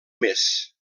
més